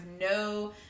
no